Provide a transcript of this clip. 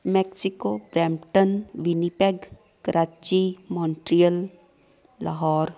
Mexico Brampton Winnipeg Karachi Montreal Lahore